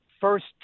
first